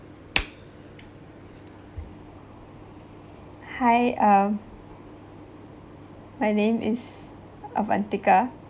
hi um my name is avantika